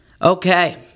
Okay